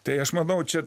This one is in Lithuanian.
tai aš manau čia